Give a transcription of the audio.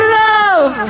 love